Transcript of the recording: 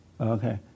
Okay